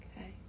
Okay